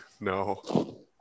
No